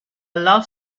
love